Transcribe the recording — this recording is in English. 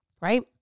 right